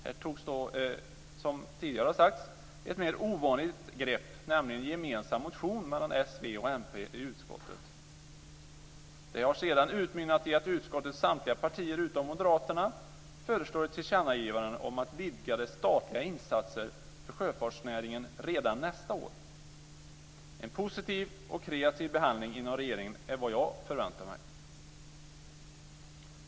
Här togs då, som tidigare har sagts, ett mer ovanligt grepp, nämligen en gemensam motion från s, v och mp i utskottet. Det har sedan utmynnat i att utskottets samtliga partier, utom Moderaterna, föreslagit ett tillkännagivande om vidgade statliga insatser för sjöfartsnäringen redan nästa år. En positiv och kreativ behandling inom regeringen är vad jag förväntar mig.